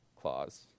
clause